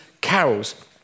carols